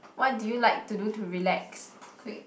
what do you like to do to relax quick